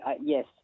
Yes